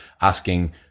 asking